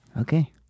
Okay